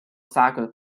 soccer